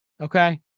Okay